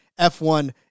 F1